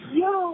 yo